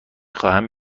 خواهم